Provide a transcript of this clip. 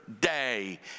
day